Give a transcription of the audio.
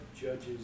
judges